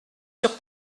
sur